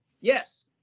yes